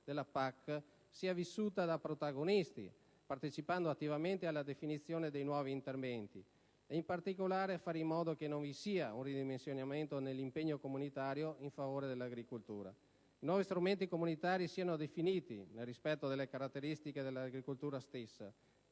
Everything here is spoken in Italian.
della PAC sia vissuta da protagonisti, partecipando attivamente alla definizione dei nuovi interventi, e, in particolare, a fare in modo che non vi sia un ridimensionamento dell'impegno comunitario in favore dell'agricoltura. I nuovi strumenti comunitari debbano essere definiti nel rispetto delle caratteristiche dell'agricoltura stessa